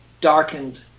darkened